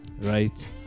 right